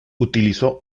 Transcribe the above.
utilizó